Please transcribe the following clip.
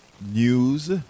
news